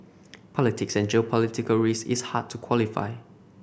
politics and geopolitical risk is hard to quantify